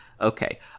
okay